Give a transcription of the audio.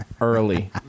Early